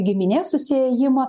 giminės susiėjimą